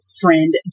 friend